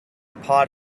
pod